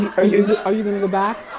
are you are you gonna gonna back?